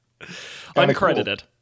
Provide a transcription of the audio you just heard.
Uncredited